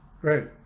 great